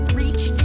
reach